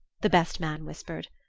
the best man whispered.